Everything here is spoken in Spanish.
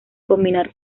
combinar